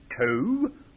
two